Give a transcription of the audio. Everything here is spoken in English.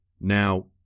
now